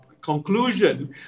conclusion